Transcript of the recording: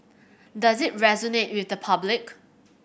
does it resonate with the public